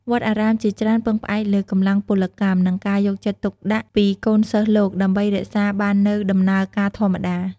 វត្តអារាមជាច្រើនពឹងផ្អែកលើកម្លាំងពលកម្ម និងការយកចិត្តទុកដាក់ពីកូនសិស្សលោក ដើម្បីរក្សាបាននូវដំណើរការធម្មតា។